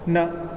न